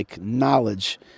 knowledge